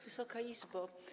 Wysoka Izbo!